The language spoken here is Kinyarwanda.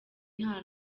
nta